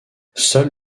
seul